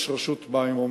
אומנם יש רשות מים,